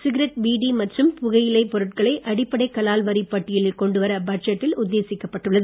cigarette beedi மற்றும் புகையிலைப் பொருட்களை அடிப்படை கலால் வரி பட்டியலில் கொண்டுவர பட்ஜெட்டில உத்தேசிக்கப் பட்டுள்ளது